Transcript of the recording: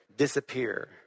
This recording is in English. Disappear